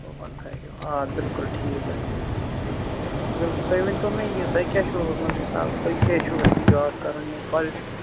آ بِلکُل ٹھیٖک حظ چھُ بِلکُل تُہۍ ؤنۍ تَو مےٚ یہِ تۄہہِ کیٛاہ چھُو روٗدمُت حِساب تُہۍ کیٛازِ چھُو یژھان جاب کَرُن یہِ کۄل